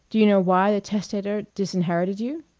do you know why the testator disinherited you?